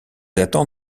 attend